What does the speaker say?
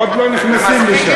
עוד לא נכנסים לשם.